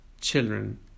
children